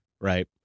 right